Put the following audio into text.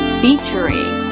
featuring